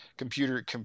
Computer